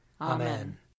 Amen